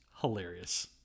hilarious